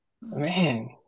Man